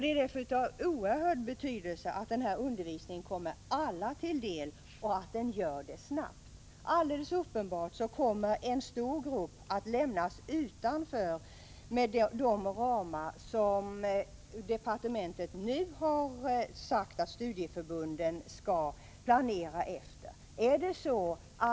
Det är därför av oerhört stor betydelse att denna undervisning kommer alla till del och att den gör det snabbt. Med de ramar som departementet nu har lämnat besked om att studieförbunden skall planera efter kommer alldeles uppenbart en stor grupp människor att lämnas utanför undervisningen.